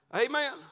Amen